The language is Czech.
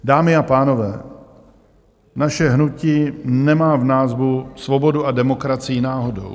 Dámy a pánové, naše hnutí nemá v názvu svobodu a demokracii náhodou.